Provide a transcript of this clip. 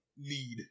need